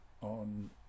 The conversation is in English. on